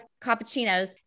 cappuccinos